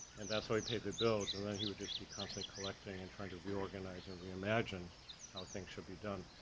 and that's how he paid the bills, and then he would just be constantly collecting and trying to reorganize and reimagine how things should be done.